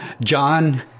John